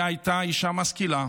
היא הייתה אישה משכילה,